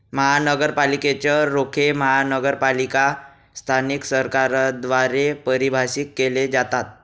महानगरपालिकेच रोखे महानगरपालिका स्थानिक सरकारद्वारे परिभाषित केले जातात